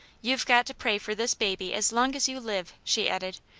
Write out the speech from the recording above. youve got to pray for this baby as long as you live she added,